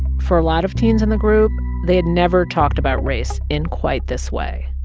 for a lot of teens in the group, they had never talked about race in quite this way.